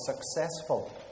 successful